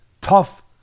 tough